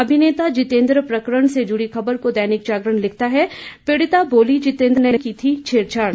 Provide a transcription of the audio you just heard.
अभिनेता जितेंद्र प्रकरण से जुड़ी खबर पर दैनिक जागरण लिखता है पीड़िता बोली जितेंद्र ने की थी सिर्फ छेड़छाड़